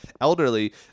elderly